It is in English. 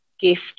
gift